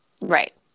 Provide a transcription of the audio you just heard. Right